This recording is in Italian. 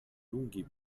lunghi